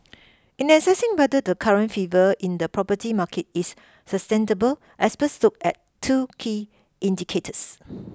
in assessing whether the current fever in the property market is sustainable experts look at two key indicators